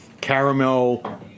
caramel